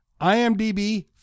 IMDb